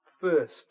first